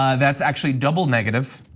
um that's actually double negative,